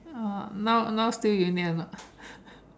uh now now still union or not